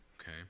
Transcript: okay